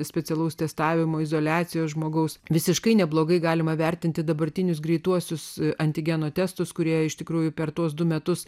specialaus testavimo izoliacijos žmogaus visiškai neblogai galima vertinti dabartinius greituosius antigeno testus kurie iš tikrųjų per tuos du metus